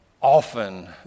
often